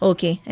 Okay